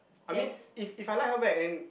I mean if if I like her back then